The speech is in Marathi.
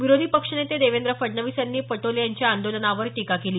विरोधी पक्षनेते फडणवीस यांनी पटोले यांच्या या आंदोलनावर टीका केली